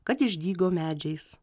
kad išdygo medžiais